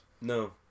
No